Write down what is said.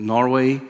Norway